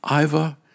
Iva